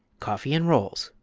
coffee n rolls!